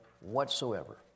whatsoever